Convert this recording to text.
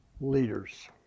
leaders